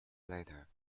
later